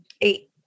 eight